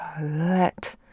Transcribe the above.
let